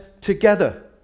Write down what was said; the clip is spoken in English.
together